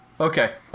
okay